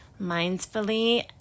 Mindfully